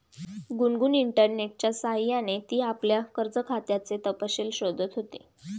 गुनगुन इंटरनेटच्या सह्याने ती आपल्या कर्ज खात्याचे तपशील शोधत होती